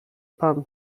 pan